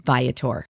Viator